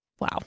Wow